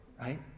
right